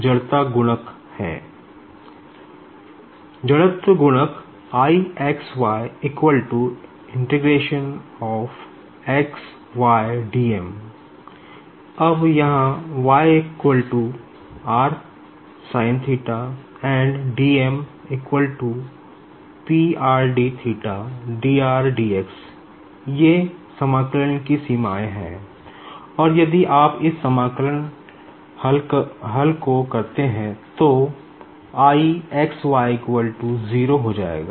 जड़त्व गुणक I XY अब यहाँ y and dm ये इंटीग्रेशन हल को करते हैं तो I XY 0 हो जाएगा